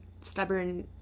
stubborn